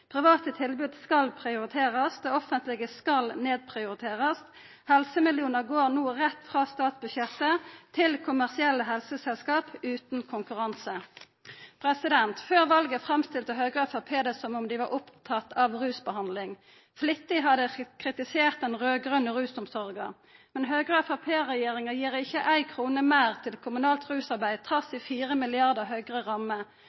Private tilbod skal bli prioritert, det offentlege skal bli nedprioritert. Helsemillionar går no rett frå statsbudsjettet til kommersielle helseselskap utan konkurranse. Før valet framstilte Høgre og Framstegspartiet det som om dei var opptatte av rusbehandling. Flittig har dei kritisert den raud-grøne rusomsorga. Men Høgre–Framstegsparti-regjeringa gir ikkje éi krone meir til kommunalt rusarbeid, trass i ei ramme